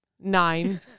nine